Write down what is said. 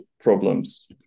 problems